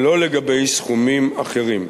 ולא לגבי סכומים אחרים.